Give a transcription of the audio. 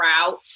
route